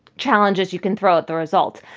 challenges you can throw at the result.